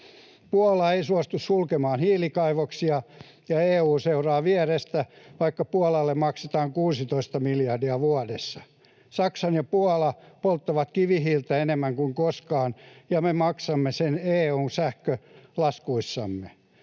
Puola ei suostu sulkemaan hiilikaivoksia, ja EU seuraa vierestä, vaikka Puolalle maksetaan 16 miljardia vuodessa. Saksa ja Puola polttavat kivihiiltä enemmän kuin koskaan, ja me maksamme sen EU:n sähkölaskuissamme.